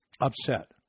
upset